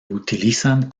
utilizan